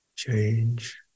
change